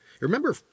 Remember